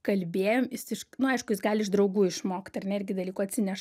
kalbėjom jis iš nu aišku jis gali iš draugų išmokti ar netgi dalykų atsineša